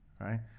Right